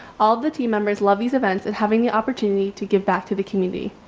all the team members love these events and having the opportunity to give back to the community.